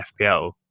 FPL